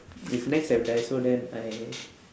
if nex have daiso then I